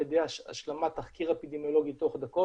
ידי השלמת התחקיר האפידמיולוגי תוך דקות,